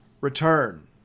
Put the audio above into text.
return